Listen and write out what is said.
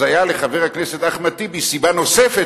אז היתה לחבר הכנסת אחמד טיבי סיבה נוספת